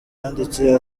yanditse